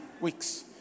weeks